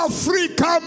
Africa